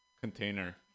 container